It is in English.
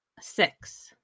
six